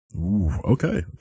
Okay